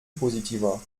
positiver